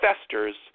festers